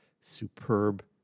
superb